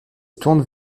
tournent